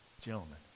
Gentlemen